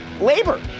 labor